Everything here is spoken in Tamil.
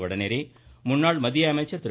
வடநேரே முன்னாள் மத்திய அமைச்சா் திரு